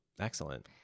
Excellent